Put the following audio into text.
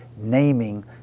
naming